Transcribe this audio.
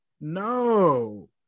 No